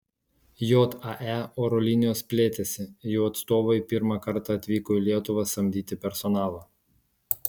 jae oro linijos plėtėsi jų atstovai pirmą kartą atvyko į lietuvą samdyti personalo